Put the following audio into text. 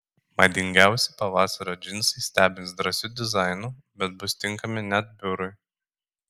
madingiausi pavasario džinsai stebins drąsiu dizainu bet bus tinkami net biurui